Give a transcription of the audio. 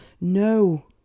no